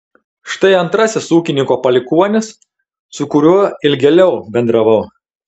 štai antrasis ūkininko palikuonis su kuriuo ilgėliau bendravau